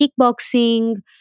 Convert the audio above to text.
kickboxing